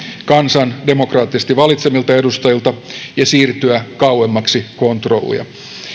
kansan demokraattisesti valitsemilta edustajilta ja siirtyä kauemmaksi kontrollia